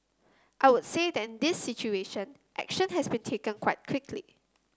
I would say that in this situation action has been taken quite quickly